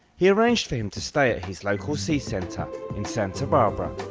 he arranged for him to stay at his local sea centre in santa barbara.